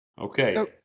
Okay